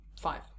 five